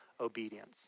obedience